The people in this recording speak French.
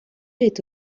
est